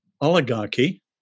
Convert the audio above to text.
oligarchy